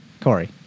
Corey